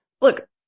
look